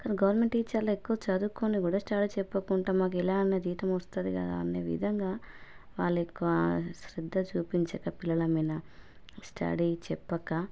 కానీ గవర్నమెంట్ టీచర్లలో ఎక్కువ చదువుకొని కూడా స్టడీ చెప్పకుండా మాకు ఎలా అయినా జీతం వస్తుంది కదా అనే విధంగా వాళ్ళు ఎక్కువ శ్రద్ధ చూపించక పిల్లల మీద స్టడీ చెప్పక